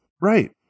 Right